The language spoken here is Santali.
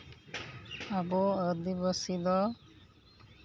ᱟᱵᱚ ᱟᱹᱫᱤᱵᱟᱹᱥᱤ ᱫᱚ